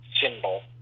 symbol